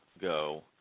go